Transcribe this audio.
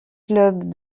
clubs